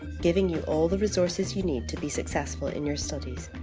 giving you all the resources you need to be successful in your studies.